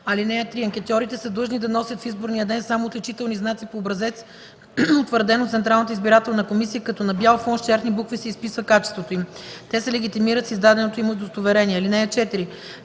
(3) Анкетьорите са длъжни да носят в изборния ден само отличителни знаци по образец, утвърден от Централната избирателна комисия, като на бял фон с черни букви се изписва качеството им. Те се легитимират с издаденото им удостоверение. (4)